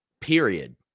period